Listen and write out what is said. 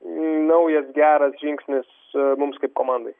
naujas geras žingsnis mums kaip komandai